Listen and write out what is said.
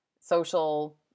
social